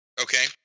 okay